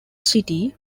city